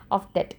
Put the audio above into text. of that